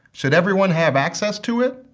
should everyone have access to it?